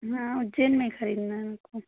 हाँ और जैन में खरीदना है हमको